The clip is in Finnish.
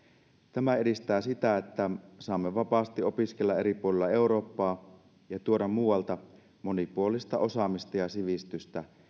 tämä edistää sitä että saamme vapaasti opiskella eri puolilla eurooppaa ja tuoda muualta monipuolista osaamista ja sivistystä